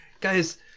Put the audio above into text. guys